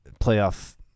playoff